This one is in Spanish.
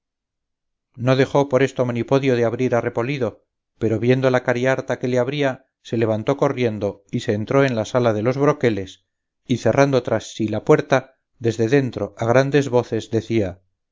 no dejó por esto monipodio de abrir a repolido pero viendo la cariharta que le abría se levantó corriendo y se entró en la sala de los broqueles y cerrando tras sí la puerta desde dentro a grandes voces decía